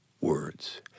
words